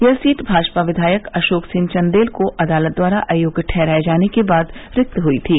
यह सीट भाजपा विधायक अशोक सिंह चन्देल को अदालत द्वारा आयोग्य ठहराये जाने के बाद रिक्त हुई थी